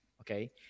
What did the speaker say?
Okay